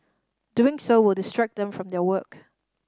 doing so will distract them from their work